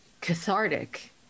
cathartic